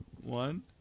one